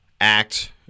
act